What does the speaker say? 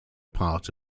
part